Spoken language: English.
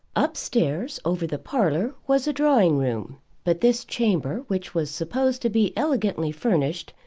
upstairs, over the parlour, was a drawing-room but this chamber, which was supposed to be elegantly furnished,